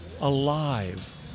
alive